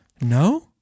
No